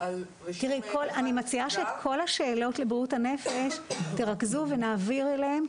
תראי אני מציעה שכל השאלות לבריאות הנפש תרכזו ונעביר אליהם,